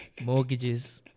Mortgages